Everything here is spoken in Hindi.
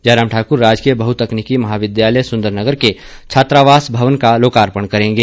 जयराम ठाकुर राजकीय बहुतकनीकी महाविद्यालय सुन्दरनगर के छात्रावास भवन का लोकार्पण करेंगे